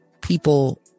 people